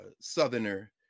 Southerner